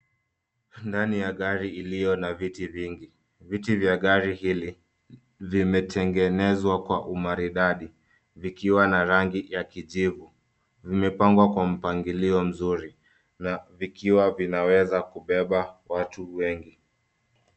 Ndani ya gari iliyo na viti vingi, viti vya gari hili vimetengenzwa kwa umaridadi, vikiwa na rangi ya kijivu, vimepangwa kwa mpangilio mzuri na vikiwa vinaweza kubeba watu wengi.